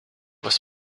was